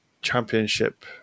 championship